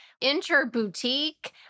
Inter-boutique